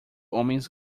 homens